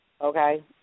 okay